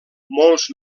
molts